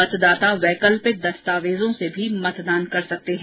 मतदाता वैकल्पिक दस्तावेजों से भी मतदान कर सकते हैं